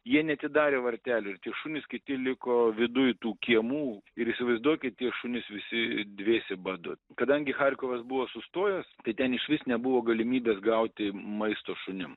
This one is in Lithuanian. jie neatidarė vartelių ir tie šunys kiti liko viduj tų kiemų ir įsivaizduokit tie šunys visi dvėsė badu kadangi charkovas buvo sustojęs tai ten išvis nebuvo galimybės gauti maisto šunim